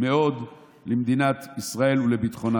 מאוד למדינת ישראל ולביטחונה.